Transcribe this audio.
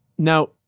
Now